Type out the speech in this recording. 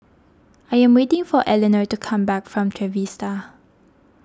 I am waiting for Elenor to come back from Trevista